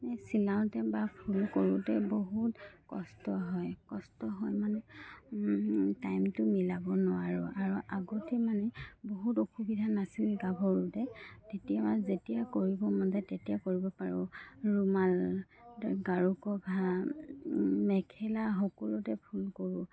চিলাওঁতে বা ফুল কৰোঁতে বহুত কষ্ট হয় কষ্ট হয় মানে টাইমটো মিলাব নোৱাৰোঁ আৰু আগতে মানে বহুত অসুবিধা নাছিল গাভৰুতে তেতিয়া যেতিয়া কৰিব মন যায় তেতিয়া কৰিব পাৰোঁ ৰুমাল গাৰু কভাৰ মেখেলা সকলোতে ফুল কৰোঁ